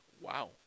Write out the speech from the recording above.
wow